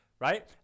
Right